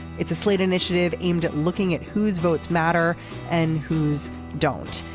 it's a slate initiative aimed at looking at who's votes matter and who's don't.